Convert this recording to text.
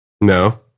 No